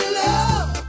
love